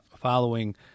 following